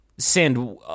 Send